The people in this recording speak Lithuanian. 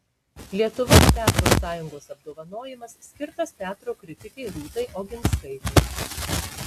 lietuvos teatro sąjungos apdovanojimas skirtas teatro kritikei rūtai oginskaitei